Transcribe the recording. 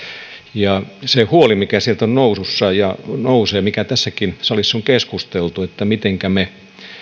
ja se huoli mikä sieltä on nousussa ja nousee ja mistä tässäkin salissa on keskusteltu on se mitenkä me